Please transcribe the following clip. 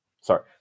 sorry